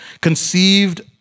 conceived